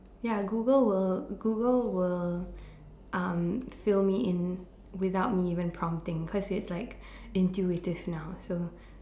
ya Google will Google will um fill me in without me even prompting cause it's like intuitive now so